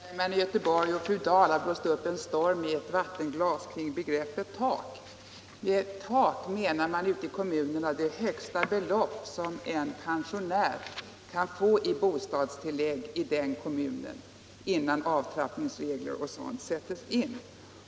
Herr talman! Herr Bergman i Göteborg och fru Dahl har blåst upp en storm i ett vattenglas om begreppet tak. Med tak menar man ute i kommunerna det högsta belopp som en pensionär kan få i bostadstillägg i den kommunen, innan avtrappningsregler och sådant sätts in.